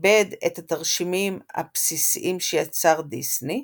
עיבד את התרשימים הבסיסים שיצר דיסני,